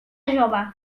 jove